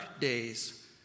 days